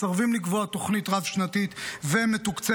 מסרבים לקבוע תוכנית רב-שנתית ומתוקצבת,